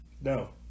No